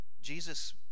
Jesus